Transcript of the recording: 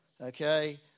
Okay